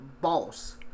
boss